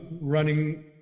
running